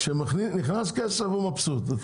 כשנכנס כסף הוא מבסוט.